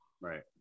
Right